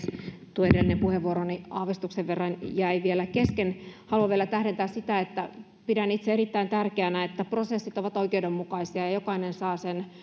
tuo edellinen puheenvuoroni aavistuksen verran jäi vielä kesken haluan vielä tähdentää sitä että pidän itse erittäin tärkeänä että prosessit ovat oikeudenmukaisia ja ja jokainen saa